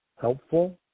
helpful